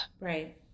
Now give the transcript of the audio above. Right